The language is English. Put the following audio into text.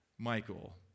Michael